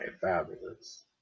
fabulous